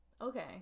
Okay